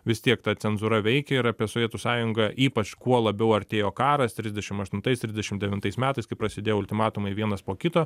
vis tiek ta cenzūra veikė ir apie sovietų sąjungą ypač kuo labiau artėjo karas trisdešim aštuntais trisdešim devintais metais kai prasidėjo ultimatumai vienas po kito